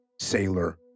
sailor